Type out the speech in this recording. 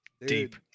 deep